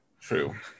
True